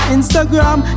Instagram